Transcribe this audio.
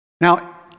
Now